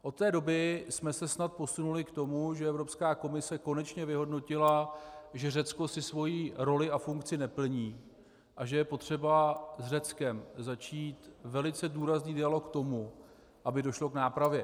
Od té doby jsme se snad posunuli k tomu, že Evropská komise konečně vyhodnotila, že Řecko si svoji roli a funkci neplní a že je potřeba s Řeckem začít velice důrazný dialog k tomu, aby došlo k nápravě.